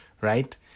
right